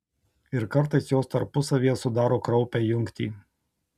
ir kartais jos tarpusavyje sudaro kraupią jungtį